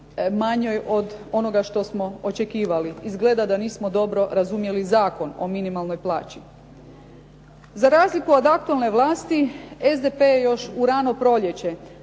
manjoj od onoga što smo očekivali. Izgleda da nismo dobro razumjeli Zakon o minimalnoj plaći. Za razliku od aktualne vlasti SDP je još u rano proljeće,